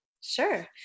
Sure